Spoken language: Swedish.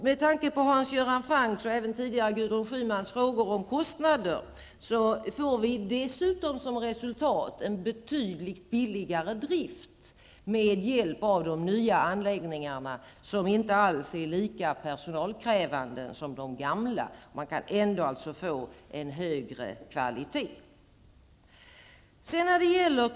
Med tanke på Hans Göran Francks, och tidigare även Gudrun Schymans, frågor om kostnader kan jag säga att vi dessutom som resultat får en betydligt billigare drift med hjälp av de nya anläggningarna, som inte alls är lika personalkrävande som de gamla, och man kan ändå få en högre kvalitet.